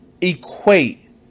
equate